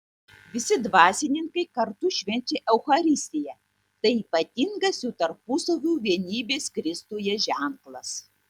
visi dvasininkai kartu švenčia eucharistiją tai ypatingas jų tarpusavio vienybės kristuje ženklas